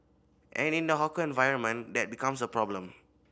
and in the hawker environment that becomes a problem